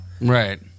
right